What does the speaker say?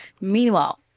Meanwhile